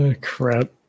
Crap